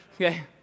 Okay